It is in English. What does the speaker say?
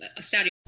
Saudi